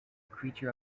creature